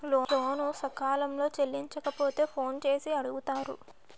లోను సకాలంలో చెల్లించకపోతే ఫోన్ చేసి అడుగుతారు